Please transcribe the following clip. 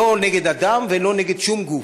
לא נגד אדם ולא נגד שום גוף,